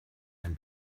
ein